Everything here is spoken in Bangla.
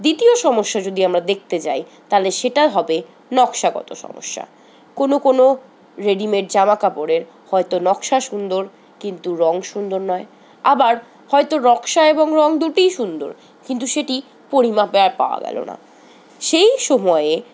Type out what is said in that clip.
দ্বিতীয় সমস্যা যদি আমরা দেখতে যাই তালে সেটা হবে নকশাগত সমস্যা কোনো কোনো রেডিমেড জামাকাপড়ে হয়তো নকশা সুন্দর কিন্তু রঙ সুন্দর নয় আবার হয়তো নকশা এবং রঙ দুটোই সুন্দর কিন্তু সেটি পরিমাপে আর পাওয়া গেল না সেই সময়ে